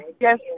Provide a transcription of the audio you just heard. Yes